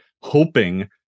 hoping